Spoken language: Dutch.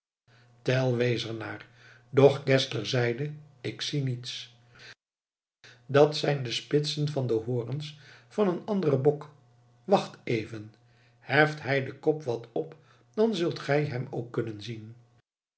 wees er naar doch geszler zeide ik zie niets dat zijn de spitsen van de horens van een anderen bok wacht even heft hij den kop wat op dan zult gij hem ook kunnen zien